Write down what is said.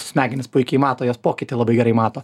smegenys puikiai mato jos pokytį labai gerai mato